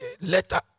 Letter